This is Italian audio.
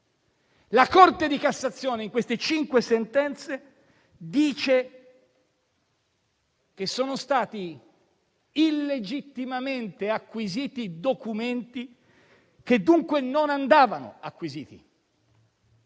La Corte di cassazione, in queste cinque sentenze, dice che sono stati illegittimamente acquisiti documenti, che dunque non andavano acquisiti.